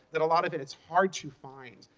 that a lot of is hard to find.